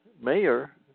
mayor